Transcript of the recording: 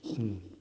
hmm